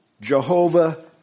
Jehovah